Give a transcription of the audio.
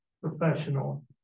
professional